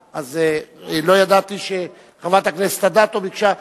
לא ידעתי שחברת הכנסת אדטו ביקשה.